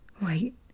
Wait